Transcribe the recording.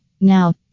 Now